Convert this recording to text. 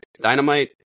Dynamite